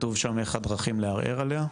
כתוב שם איך הדרכים לערער עליה?